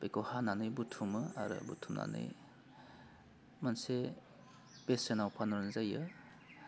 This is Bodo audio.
बेखौ हानानै बुथुमो आरो बुथुमनानै मोनसे बेसेनाव फानहरनाय जायो